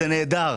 זה נהדר,